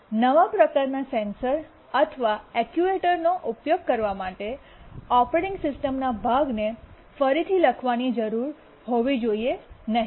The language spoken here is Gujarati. નવા પ્રકારનાં સેન્સર અથવા એક્ટ્યુએટરનો ઉપયોગ કરવા માટે ઓપરેટિંગ સિસ્ટમના ભાગને ફરીથી લખવાની જરૂર હોવી જોઈએ નહીં